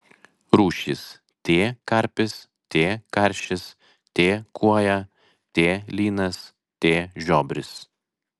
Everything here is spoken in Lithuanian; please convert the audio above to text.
rūšys t karpis t karšis t kuoja t lynas t žiobris